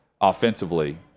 offensively